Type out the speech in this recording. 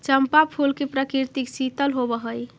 चंपा फूल की प्रकृति शीतल होवअ हई